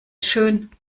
schön